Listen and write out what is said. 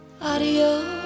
Adios